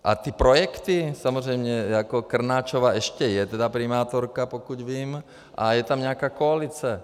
A ty projekty samozřejmě, Krnáčová ještě je teda primátorka, pokud vím, a je tam nějaká koalice.